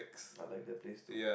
I like that place too